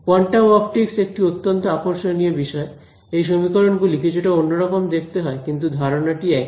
quantum optics একটি অত্যন্ত আকর্ষণীয় বিষয় এই সমীকরণ গুলি কিছুটা অন্যরকম দেখতে হয় কিন্তু ধারণাটি একই